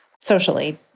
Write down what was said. socially